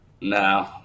No